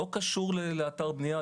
זה לא קשור לאתר בנייה,